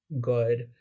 good